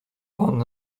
pan